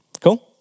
Cool